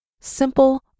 Simple